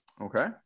Okay